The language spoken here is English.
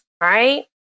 right